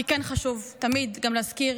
כי כן חשוב תמיד גם להזכיר